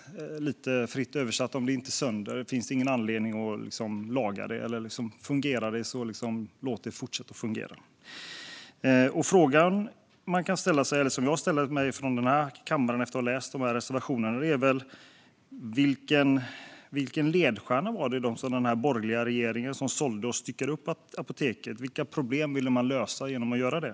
Lite fritt översatt betyder det att om det fungerar finns det ingen anledning att laga det, utan låt det fortsätta att fungera. Frågan jag ställer mig i den här kammaren efter att ha läst reservationerna är vilken ledstjärna den borgerliga regeringen som sålde och styckade upp apoteket hade och vilka problem man ville lösa genom att göra det.